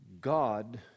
God